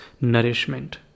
nourishment